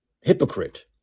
hypocrite